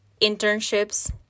internships